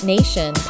Nation